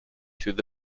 through